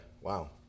Wow